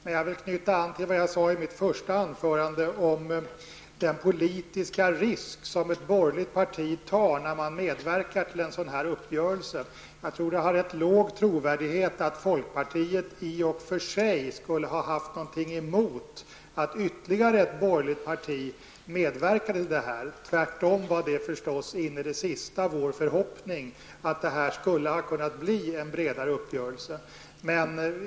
Men jag vill knyta an till det jag sade i mitt första anförande om den politiska risk som ett borgerligt parti tar när man medverkar till en sådan här uppgörelse. Jag tror att det har rätt låg trovärdighet att folkpartiet skulle ha haft något emot att ytterligare ett borgerligt parti medverkade till uppgörelsen. Tvärtom var det förstås in i det sista vår förhoppning att det skulle bli en bredare uppgörelse.